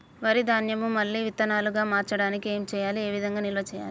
వరి ధాన్యము మళ్ళీ విత్తనాలు గా మార్చడానికి ఏం చేయాలి ఏ విధంగా నిల్వ చేయాలి?